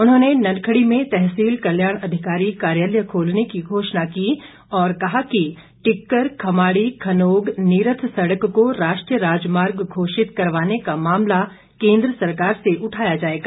उन्होंने नॅनखड़ी में तहसील कल्याण अधिकारी कार्यालय खोलने की घोषणा की और कहा कि टिक्कर खमाड़ी खनोग नीरथ सड़क को राष्ट्रीय राजमार्ग घोषित करवाने का मामला केंद्र सरकार से उठाया जाएगा